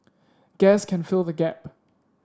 gas can fill the gap